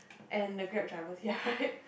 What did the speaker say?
and the Grab drivers here right